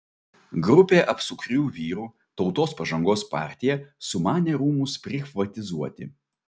grupė apsukrių vyrų tautos pažangos partija sumanė rūmus prichvatizuoti